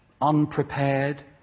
unprepared